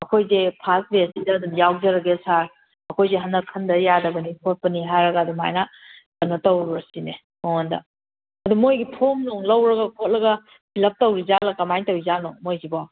ꯑꯩꯈꯣꯏꯁꯦ ꯐꯥꯔꯁ ꯕꯦꯁꯁꯤꯗ ꯑꯗꯨꯝ ꯌꯥꯎꯖꯔꯒꯦ ꯁꯥꯔ ꯑꯩꯈꯣꯏꯁꯦ ꯍꯟꯗꯛ ꯈꯟꯗ ꯌꯥꯗꯕꯅꯤ ꯈꯣꯠꯄꯅꯤ ꯍꯥꯏꯔꯒ ꯑꯗꯨꯃꯥꯏꯅ ꯀꯩꯅꯣ ꯇꯧꯔꯨꯔꯁꯤꯅꯦ ꯃꯉꯣꯟꯗ ꯑꯗꯨꯝ ꯃꯣꯏꯒꯤ ꯐꯣꯔꯝ ꯅꯨꯡ ꯂꯧꯔꯒ ꯈꯣꯠꯂꯒ ꯐꯤꯜ ꯂꯞ ꯇꯧꯔꯤꯖꯥꯠꯂꯣ ꯀꯃꯥꯏꯅ ꯇꯧꯔꯤꯖꯤꯠꯅꯣ ꯃꯣꯏꯁꯤꯕꯣ